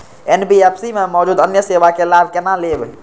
NBFC में मौजूद अन्य सेवा के लाभ केना लैब?